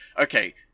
okay